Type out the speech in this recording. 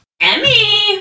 Emmy